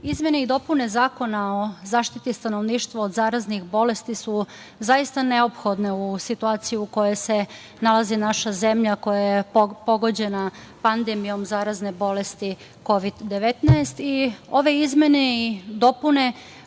izmene i dopune Zakona o zaštiti stanovništva od zaraznih bolesti su zaista neophodne u situaciji u kojoj se nalazi naša zemlja, koja je pogođena pandemijom zarazne bolesti Kovid 19 i ove izmene i dopune